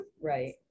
Right